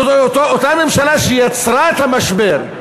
זאת אותה ממשלה שיצרה את המשבר,